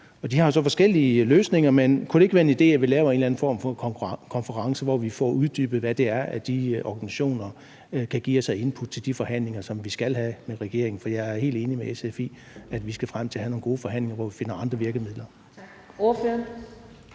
jo så forskellige løsninger, men kunne det ikke være en idé, at vi laver en eller anden form for konference, hvor vi får uddybet, hvad det er, de organisationer kan give os af input til de forhandlinger, som vi skal have med regeringen? For jeg er helt enig med SF i, at vi skal frem til at have nogle gode forhandlinger, hvor vi finder andre virkemidler.